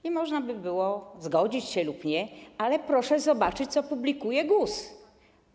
I można by było zgodzić się lub nie, ale proszę zobaczyć, co publikuje GUS.